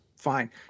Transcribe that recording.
fine